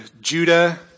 Judah